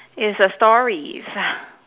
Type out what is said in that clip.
is a story